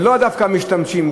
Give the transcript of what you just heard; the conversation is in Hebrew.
ולא דווקא משתמטים,